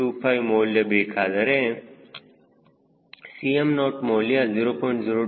025 ಮೌಲ್ಯ ಬೇಕಾದರೆ 𝐶mO ಮೌಲ್ಯ 0